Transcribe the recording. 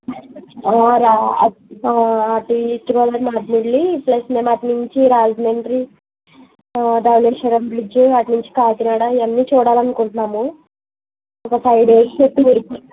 రా అటు east Godavari Maredumilli plus మేము అటు నుంచి రాజమండ్రి ధవళేశ్వరం బ్రిడ్జి అటు నుంచి కాకినాడ ఇవి అన్ని చూడాలని అనుకుంటున్నాము ఒక ఫైవ్ డేస్ ట్రిప్పు